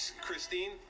Christine